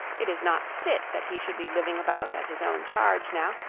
it is not fit that he should be living about at his own charge now,